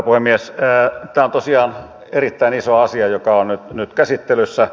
tämä on tosiaan erittäin iso asia joka on nyt käsittelyssä